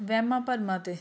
ਵਹਿਮਾਂ ਭਰਮਾਂ 'ਤੇ